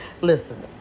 Listen